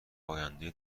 آینده